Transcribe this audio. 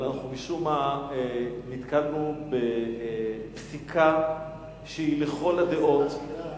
אבל אנחנו משום מה נתקלנו בפסיקה שהיא לכל הדעות